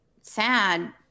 sad